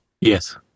Yes